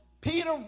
Peter